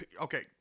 okay